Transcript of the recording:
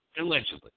Allegedly